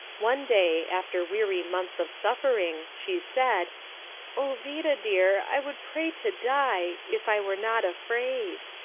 one day, after weary months of suffering, she said o vida dear, i would pray to die, if i were not afraid.